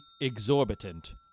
exorbitant